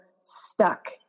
stuck